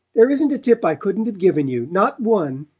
there isn't a tip i couldn't have given you not one!